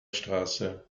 straße